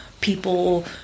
people